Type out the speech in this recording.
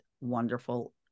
wonderful